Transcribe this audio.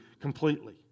completely